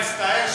לקואליציה.